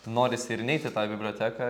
norisi ir neit į tą biblioteką